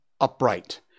upright